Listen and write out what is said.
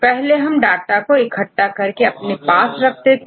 पहले हम डाटा को इकट्ठा करके अपने पास रखते थे